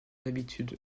d’habitude